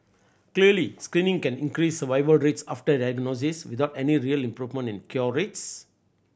clearly screening can increase survival rates after diagnosis without any real improvement in cure rates